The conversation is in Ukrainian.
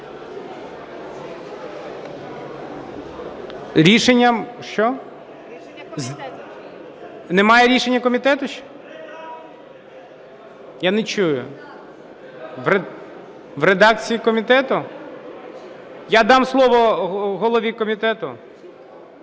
колеги… Немає рішення комітету ще? Я не чую. В редакції комітету? Я дам слово голові комітету.